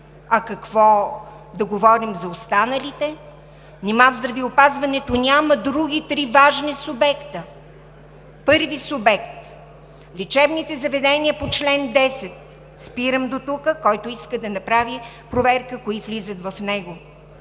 А какво да говорим за останалите?! Нима в здравеопазването няма други три важни субекта? Първи субект, лечебните заведения по чл. 10. Спирам дотук. Който иска да направи проверка кои влизат в него.